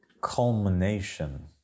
culmination